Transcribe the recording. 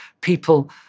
people